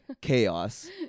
Chaos